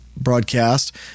broadcast